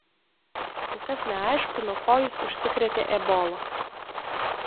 kol kas neaišku nuo ko jis užsikrėtė ebola